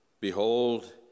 Behold